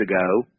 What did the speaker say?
ago